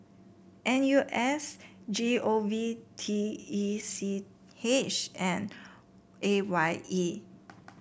N U S G O V T E C H and A Y E